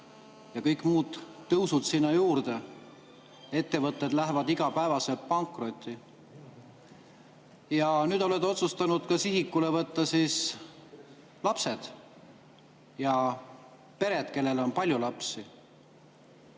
ja kõik muud tõusud sinna juurde. Ettevõtted lähevad igapäevaselt pankrotti. Nüüd olete otsustanud sihikule võtta ka lapsed ja pered, kellel on palju lapsi.